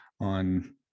on